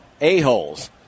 A-Holes